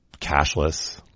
cashless